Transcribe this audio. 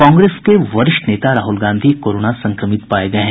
कांग्रेस के वरिष्ठ नेता राहुल गांधी कोरोना संक्रमित पाये गये हैं